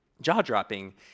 jaw-dropping